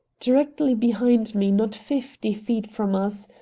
directly behind me, not fifty feet from us,